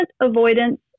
avoidance